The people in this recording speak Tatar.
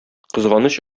кызганыч